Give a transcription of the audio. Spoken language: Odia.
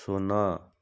ଶୂନ